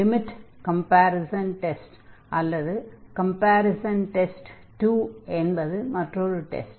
limit comparison test அல்லது comparison test 2 என்பது மற்றொரு டெஸ்ட்